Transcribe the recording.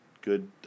good